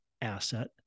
asset